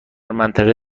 منطقه